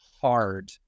hard